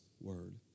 word